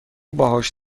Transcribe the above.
باهوش